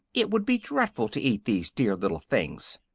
it would be dreadful to eat these dear little things.